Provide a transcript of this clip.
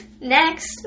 Next